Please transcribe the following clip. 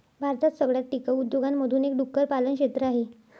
भारतात सगळ्यात टिकाऊ उद्योगांमधून एक डुक्कर पालन क्षेत्र आहे